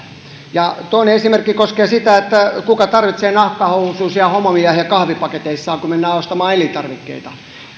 toinen esimerkki koskee sitä että kuka tarvitsee nahkahousuisia homomiehiä kahvipaketeissaan kun mennään ostamaan elintarvikkeita